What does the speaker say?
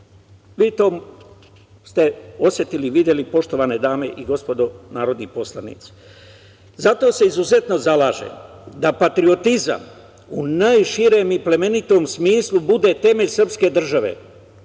Vi ste to osetili, videli, poštovane dame i gospodo narodni poslanici. Zato se izuzetno zalažem da patriotizam u najširem i plemenitom smislu bude temelj srpske države.